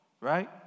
right